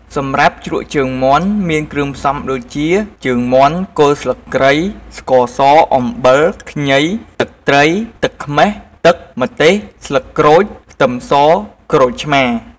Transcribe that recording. សម្រាប់ជ្រក់ជើងមាន់មានគ្រឿងផ្សំដូចជា ជើងមាន់ គល់ស្លឹកគ្រៃ ស្ករស អំបិល ខ្ញី ទឹកត្រី ទឹកខ្មេះ ទឹក ម្ទេស ស្លឹកក្រូច ខ្ទឹមស ក្រូចឆ្មា។